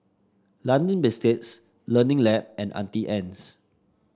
London Biscuits Learning Lab and Auntie Anne's